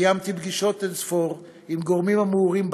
קיימתי פגישות אין-ספור עם גורמים המעורים בתחום.